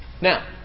Now